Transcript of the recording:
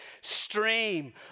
stream